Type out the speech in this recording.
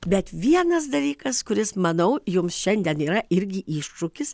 bet vienas dalykas kuris manau jums šiandien yra irgi iššūkis